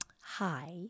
hi